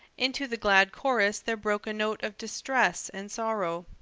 into the glad chorus there broke a note of distress and sorrow.